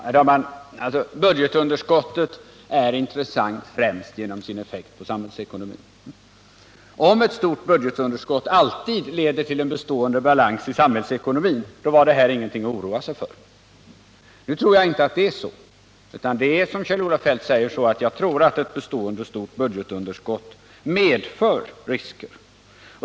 Herr talman! Budgetunderskottet är intressant främst genom dess effekt på samhällsekonomin. Om ett stort budgetunderskott alltid skulle leda till en bestående balans i samhällsekonomin, då vore inte vårt nuvarande underskott någonting att oroa sig för. Men jag tror inte att det är så, utan i likhet med Kjell-Olof Feldt tror jag att ett bestående stort budgetunderskott medför risker.